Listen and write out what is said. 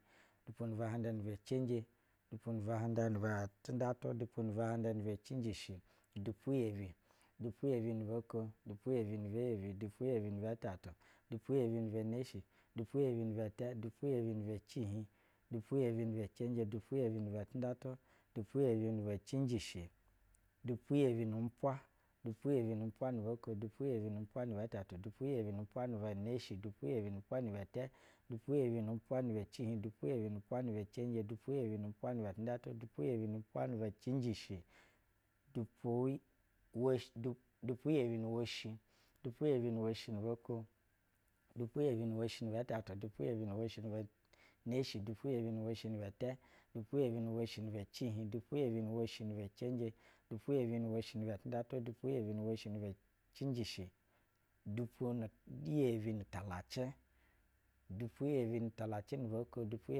Dupu nab u handa nibɛ cenje, dupu nab u hand ani bɛ tindɛtu dupu na buhanda ni bɛ cinjishi dupu iyebi, dupu yebi nu boo ko, dupu yebi ni bɛ yebi dupu yebi ni bɛ tɛtu, dupu yebi ni bɛ neshi dupu yebi nibɛ tɛ, dupu yebi ni bɛ cihih, dupu yebi ni bɛ cenje dupu yebi ni bɛ tindɛtu, dupu yebi ni bɛ cinjishi dupu yebi nu umpwa, dupu yebi nu umpwa nu boko, dupu yebi nu umpwa nuba tatu, dupu yebi nu umpwa ni bɛ neshi, dupu yebi nu umpwa ni bɛ tem dupu yebi nu umpwa nibe cihig dupu yebi nu uwpwa ni bɛ cenje, dupu yebi nu umpwa ni bɛ tindɛtu dupu yebi nu umpwa ni bɛ cinjishi, dupuu weshi dupu yebi ni weshi, dupu yebi nu woshi dupu yebi ni weshi, dupu yebi nu woshi nu boko, dupu yebi nu woshi ni bɛ tatu dupu yebi mu woshi ni bɛ neshi, dupu yebi nu woshi ni bɛtɛ, dupu yebi nu woshi ni bɛ cihih dupu yebi nu woshi ni bɛ cihin dupu yebi nu washi ni bɛ cenje. dupu yebi nu woshi ni bɛ tindɛtu dupu yebi nu woshi ni bɛbɛ cinjishi dupu nu yebi nutalacɛ, dupu yebi nnu talacɛ nu boko.